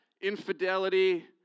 infidelity